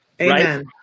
Amen